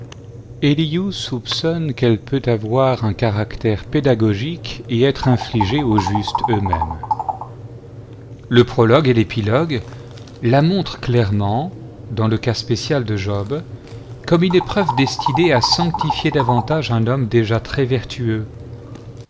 soupçonne qu'elle peut avoir un caractère pédagogique et être infligée aux justes eux-mêmes le prologue et l'épilogue la montrent clairement dans le cas spécial de job comme une épreuve destinée à sanctifier davantage un homme déjà très vertueux